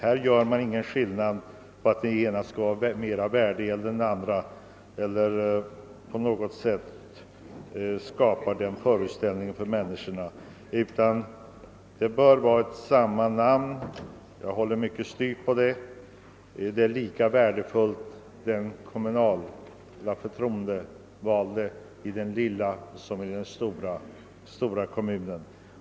Man bör inte sprida den föreställningen bland människorna, att det ena skulle vara mer värt än det andra, och därför håller jag styvt på att man bör använda samma benämning. De förtroendevalda är lika värdefulla i den lilla som i den stora kommunen.